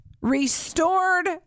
restored